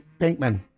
Pinkman